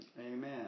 Amen